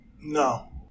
No